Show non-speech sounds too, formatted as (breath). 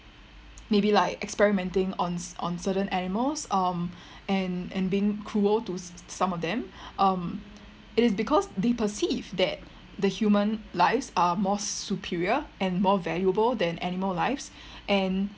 maybe like experimenting on on certain animals um (breath) and and being cruel to s~ some of them um it is because they perceive that the human lives are more superior and more valuable than animal lives (breath) and